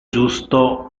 justo